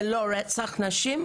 זה לא רצח נשים?